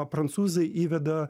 prancūzai įveda